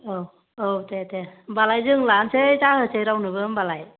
औ औ दे दे होमबालाय जों लानोसै दाहोसै रावनोबो होमबालाय